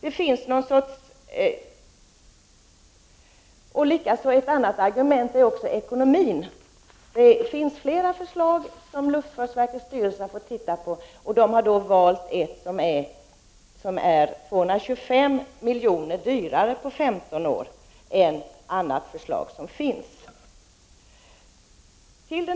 Ett annat argument gäller ekonomin. Luftfartsverkets styrelse har fått se på flera förslag. De har valt ett förslag som blir 225 milj.kr. dyrare på 15 år än andra föreliggande förslag.